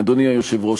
אדוני היושב-ראש.